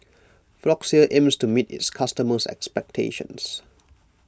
Floxia aims to meet its customers' expectations